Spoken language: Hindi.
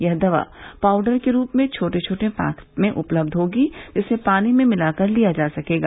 यह दवा पाउडर के रूप में छोटे छोटे पैकेट में उपलब्ध होगी जिसे पानी में मिलाकर लिया जा सकेगा